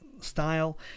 style